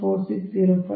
ಆದ್ದರಿಂದ ʎa 0